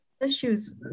issues